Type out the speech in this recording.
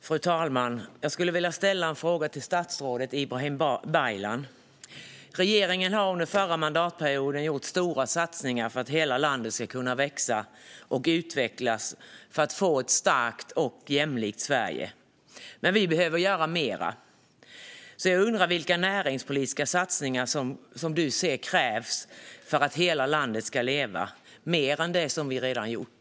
Fru talman! Jag skulle vilja ställa en fråga till statsrådet Ibrahim Baylan. Regeringen gjorde under förra mandatperioden stora satsningar för att hela landet ska kunna växa och utvecklas så att vi får ett starkt och jämlikt Sverige. Men vi behöver göra mer. Jag undrar därför vilka näringspolitiska satsningar du anser krävs för att hela landet ska leva, utöver det vi redan gjort.